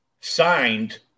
signed